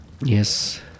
Yes